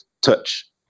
touch